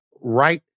right